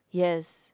yes